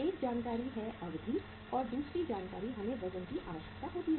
एक जानकारी है अवधि और दूसरी जानकारी हमें वज़न की आवश्यकता होती है